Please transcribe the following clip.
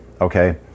Okay